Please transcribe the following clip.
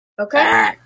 Okay